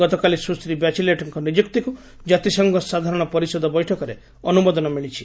ଗତକାଲି ସ୍ତଶ୍ରୀ ବ୍ୟାଚିଲେଟ୍ଙ୍କ ନିଯୁକ୍ତିକୁ ଜାତିସଂଘ ସାଧାରଣ ପରିଷଦ ବୈଠକରେ ଅନୁମୋଦନ ମିଳିଛି